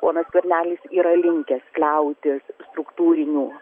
ponas skvernelis yra linkęs kliautis struktūrinių